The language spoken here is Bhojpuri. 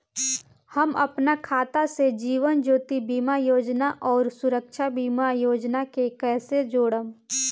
हम अपना खाता से जीवन ज्योति बीमा योजना आउर सुरक्षा बीमा योजना के कैसे जोड़म?